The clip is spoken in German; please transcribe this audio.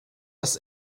das